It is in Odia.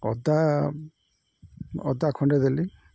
ଅଦା ଅଦା ଖଣ୍ଡେ ଦେଲି